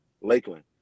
Lakeland